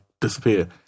disappear